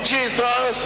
Jesus